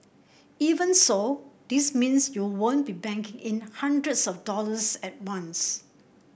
even so this means you won't be banking in hundreds of dollars at once